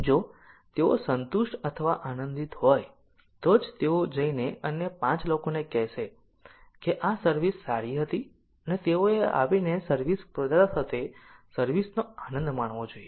જો તેઓ સંતુષ્ટ અથવા આનંદિત હોય તો જ તેઓ જઈને અન્ય 5 લોકોને કહેશે કે આ સર્વિસ સારી હતી અને તેઓએ આવીને સર્વિસ પ્રદાતા સાથે સર્વિસ નો આનંદ માણવો જોઈએ